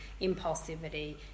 impulsivity